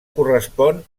correspon